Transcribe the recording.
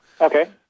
Okay